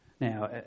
Now